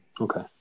Okay